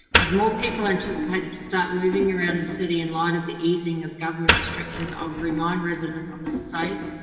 with more people anticipated anticipated to start moving around the city in light of the easing of government restrictions, i would remind residents of the safe,